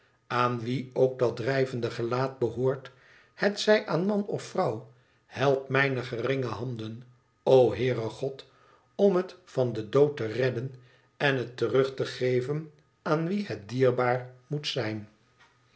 aan wien ook dat drijvende gelaat behoort hetzij aan man of vrouw help mijne geringe handen o heere god om het van den dood te redden en het terug te geven aan wie het dierbaar moet zijn